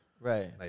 right